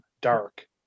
dark